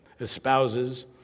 espouses